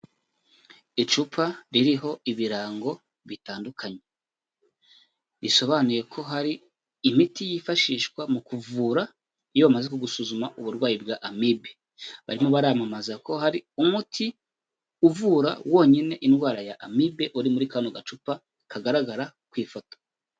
Icupa ririho ibirango bitandukanye, bisobanuye ko hari imiti yifashishwa mu kuvura, iyo bamaze gusuzuma uburwayi bwa amibe, barimo baramamaza ko hari umuti uvura wonyine indwara ya amibe, uri muri kano gacupa kagaragara ku ifoto.